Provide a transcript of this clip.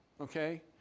Okay